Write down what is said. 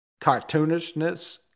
cartoonishness